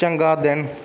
ਚੰਗਾ ਦਿਨ